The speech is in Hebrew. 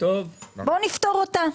בוא נפתור אותה.